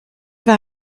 war